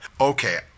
Okay